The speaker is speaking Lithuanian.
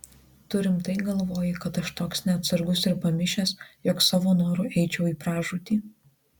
tu rimtai galvoji kad aš toks neatsargus ir pamišęs jog savo noru eičiau į pražūtį